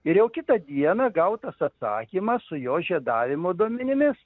ir jau kitą dieną gautas atsakymas su jo žiedavimo duomenimis